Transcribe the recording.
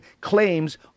claims